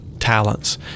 talents